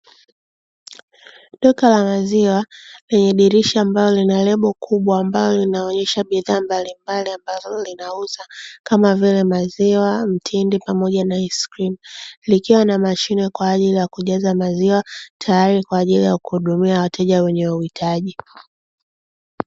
Duka la maziwa lenye dirisha ambalo lina rebo kubwa ambayo inayoonyesha bidhaa mbalimbali ambazo linauza kama vile maziwa , mtindi pamoja na aiskrim. Likiwa na mashine kwa ajili ya kujaza maziwa tayari kwa ajili ya kuwahudumia wateja wenye uhitaji.